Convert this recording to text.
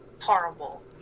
horrible